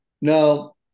Now